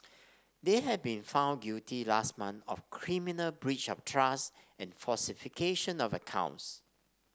they had been found guilty last month of criminal breach of trust and falsification of accounts